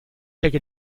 take